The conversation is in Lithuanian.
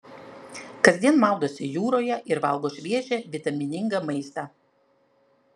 kasdien maudosi jūroje ir valgo šviežią vitaminingą maistą